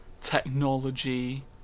technology